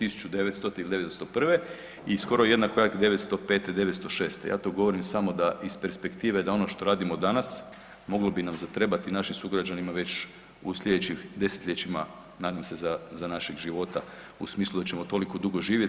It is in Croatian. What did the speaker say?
1900.-te ili '901. i skoro jednako jak '905., '906., ja to govorim samo da iz perspektive, da ono što radimo danas moglo bi nam zatrebati našim sugrađanima već u slijedećih desetljećima nadam se za našeg života u smislu da ćemo toliko dugo živjeti.